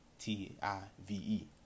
T-I-V-E